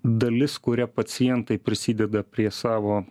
dalis kuria pacientai prisideda prie savo